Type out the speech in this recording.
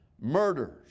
murders